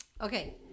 okay